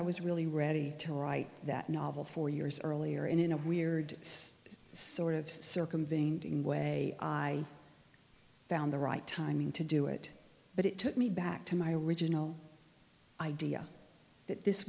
i was really ready to write that novel four years earlier and in a weird sort of circumventing way i found the right timing to do it but it took me back to my original idea that this